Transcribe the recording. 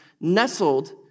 nestled